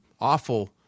awful